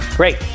Great